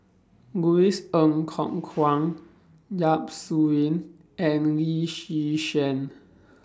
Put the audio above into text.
Louis Ng Kok Kwang Yap Su Yin and Lee Yi Shyan